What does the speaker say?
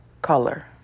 Color